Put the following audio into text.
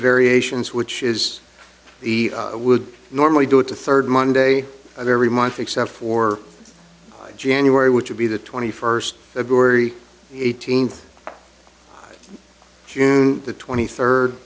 variations which is the would normally do it the third monday of every month except for january which would be the twenty first the brewery eighteenth june the twenty third